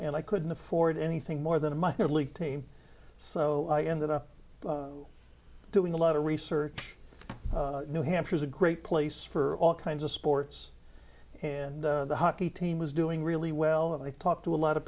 and i couldn't afford anything more than a minor league team so i ended up doing a lot of research new hampshire is a great place for all kinds of sports and the hockey team was doing really well and i talked to a lot of